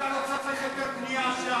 אתה לא צריך היתר בנייה שם.